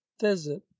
visit